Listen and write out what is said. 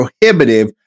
prohibitive